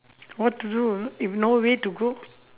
what to do if no way to go